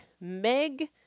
Meg